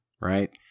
right